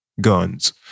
guns